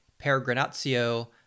Peregrinatio